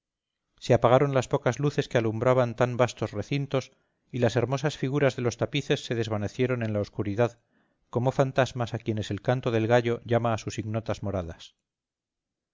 se apagaron las pocas luces que alumbraban tan vastos recintos y las hermosas figuras de los tapices se desvanecieron en la oscuridad como fantasmas a quienes el canto del gallo llama a sus ignotas moradas